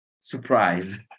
surprise